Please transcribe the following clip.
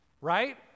Right